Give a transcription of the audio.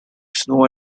snow